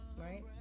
right